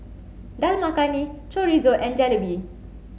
Dal Makhani Chorizo and Jalebi